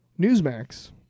Newsmax